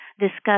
discuss